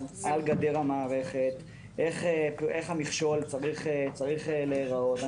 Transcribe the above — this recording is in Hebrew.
על גדר המערכת איך המכשול צריך להיראות.